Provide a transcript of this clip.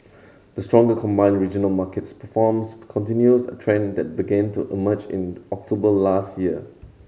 the stronger combined regional markets performance continues a trend that began to emerge in October last year